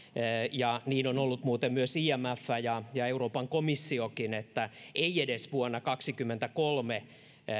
ja niin on ollut muuten myös imf ja ja euroopan komissiokin siitä että ei edes vuonna kaksikymmentäkolme